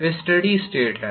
वे steady state हैं